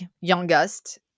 youngest